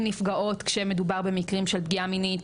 נפגעות כשמדובר במקרים של פגיעה מינית,